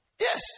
Yes